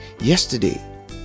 yesterday